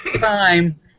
time